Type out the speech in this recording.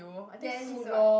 then is what